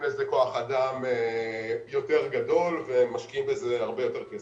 לזה כוח אדם יותר גדול ומשקיעים בזה הרבה יותר כסף,